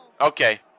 okay